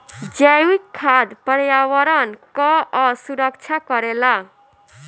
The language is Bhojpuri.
जैविक खाद पर्यावरण कअ सुरक्षा करेला